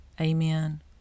Amen